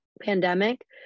pandemic